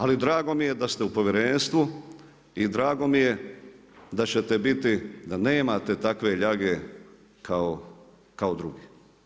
Ali drago mi je da ste u povjerenstvu i drago mi je da ćete biti, da nemate takve ljage kao drugi.